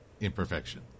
imperfection